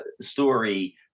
story